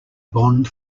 bond